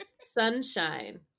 sunshine